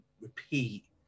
repeat